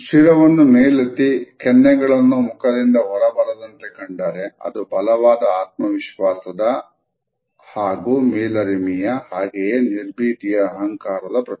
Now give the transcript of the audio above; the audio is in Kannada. ಶಿರವನ್ನು ಮೇಲೆತ್ತಿ ಕೆನ್ನೆಗಳು ಮುಖದಿಂದ ಹೊರಬಂದಂತೆ ಕಂಡರೆ ಅದು ಬಲವಾದ ಆತ್ಮವಿಶ್ವಾಸದ ಹಾಗೂ ಮೇಲರಿಮೆಯ ಹಾಗೆಯೇ ನಿರ್ಭೀತಿಯ ಅಹಂಕಾರದ ಪ್ರತೀಕ